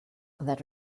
that